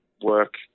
work